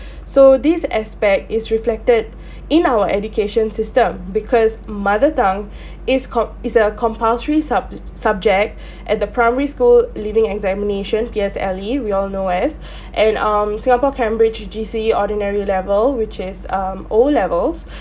so this aspect is reflected in our education system because mother tongue is called is a compulsory subj~ subject at the primary school leaving examination P_S_L_E we all know as and um singapore cambridge G_C_E ordinary level which is um O levels